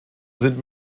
sind